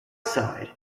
side